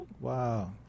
Wow